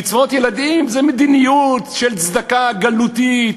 קצבאות ילדים, זה מדיניות של צדקה גלותית.